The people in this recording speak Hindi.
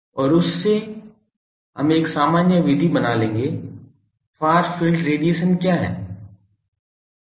और उससे हम एक सामान्य विधि बना लेंगे फार फील्ड रेडिएशन क्या है